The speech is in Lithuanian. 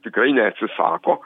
tikrai neatsisako